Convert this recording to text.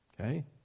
okay